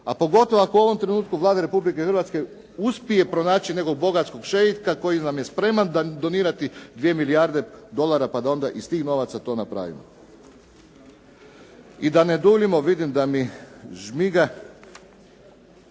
a pogotovo ako u ovom trenutku Vlada Republike Hrvatske uspije pronaći nekog bogatog šeika koji nam je spreman donirati 2 milijarde dolara, pa da onda iz tih novaca to napravimo. I da ne duljimo vidim da mi žmiga.